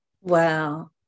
wow